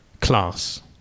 class